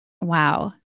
Wow